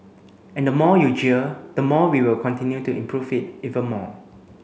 and the more you jeer the more we will continue to improve it even more